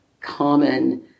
common